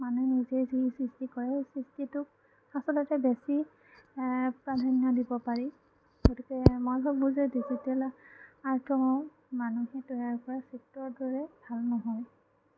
মানুহে নিজেই যি সৃষ্টি কৰে সৃষ্টিটোক আচলতে বেছি প্ৰাধান্য দিব পাৰি গতিকে মই ভাবো যে ডিজিটেল আৰ্টটো মানুহে তৈয়াৰ কৰা চিত্ৰৰ দৰে ভাল নহয়